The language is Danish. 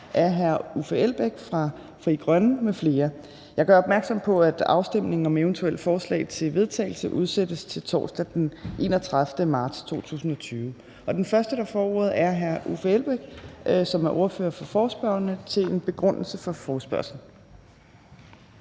Tredje næstformand (Trine Torp): Jeg gør opmærksom på, at afstemningen om eventuelle forslag til vedtagelse udsættes til torsdag den 31. marts 2022. Den første, der får ordet, er hr. Uffe Elbæk, som er ordfører for forespørgerne, til en begrundelse af forespørgslen.